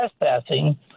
trespassing